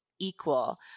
Equal